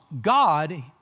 God